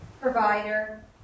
provider